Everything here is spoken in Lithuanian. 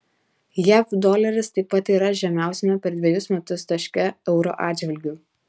jav doleris taip pat yra žemiausiame per dvejus metus taške euro atžvilgiu